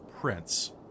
prince